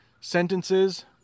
sentences